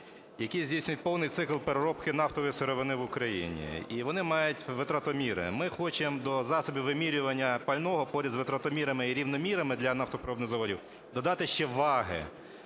які здійснюють повний цикл переробки нафтової сировини в Україні. І вони мають витратоміри. Ми хочемо до засобів вимірювання пального, поряд з витратомірами і рівнемірами для нафтопереробних заводів додати ще ваги.